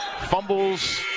fumbles